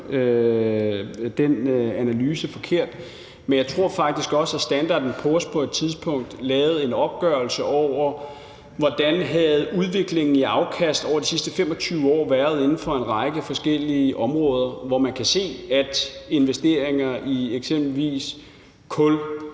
den analyse forkert – at Standard & Poor's på et tidspunkt lavede en opgørelse over, hvordan udviklingen i afkast over de sidste 25 år havde været inden for en række forskellige områder, hvor man kan se, at investeringer i eksempelvis kul,